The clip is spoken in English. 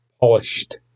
polished